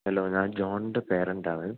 hello ഞാ ജോണിൻ്റെ പേരെൻറ്റാണ്